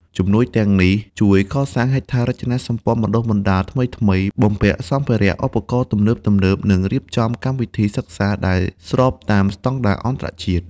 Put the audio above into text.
ជំនួយទាំងនេះជួយកសាងហេដ្ឋារចនាសម្ព័ន្ធបណ្តុះបណ្តាលថ្មីៗ បំពាក់សម្ភារៈឧបករណ៍ទំនើបៗ និងរៀបចំកម្មវិធីសិក្សាដែលស្របតាមស្តង់ដារអន្តរជាតិ។